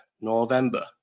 November